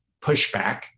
pushback